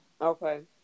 Okay